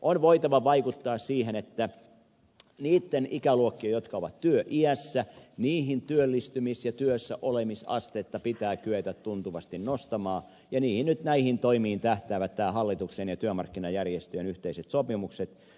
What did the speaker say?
on voitava vaikuttaa siihen että niitten ikäluokkien jotka ovat työiässä työllistymis ja työssäolemisastetta pitää kyetä tuntuvasti nostamaan ja näihin toimiin tähtäävät nyt nämä hallituksen ja työmarkkinajärjestöjen yhteiset sopimukset